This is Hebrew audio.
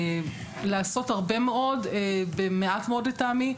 ושאפשר לעשות הרבה מאוד במעט מאוד, לטעמי.